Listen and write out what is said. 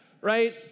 right